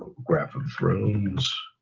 graph of thrones,